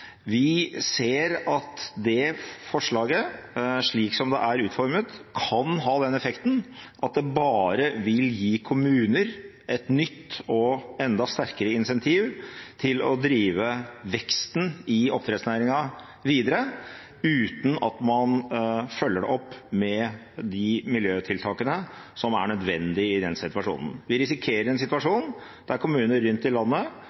Vi ser at forslaget, slik som det er utformet, kan ha den effekten at det bare vil gi kommunene et nytt og enda sterkere incentiv til å drive veksten i oppdrettsnæringen videre, uten at man følger det opp med de miljøtiltakene som er nødvendige i denne situasjonen. Vi risikerer en situasjon der kommuner rundt i landet